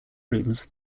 rooms